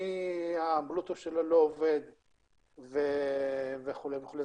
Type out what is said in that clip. למי ה-Bluetooth שלו לא עובד וכו' וכו'.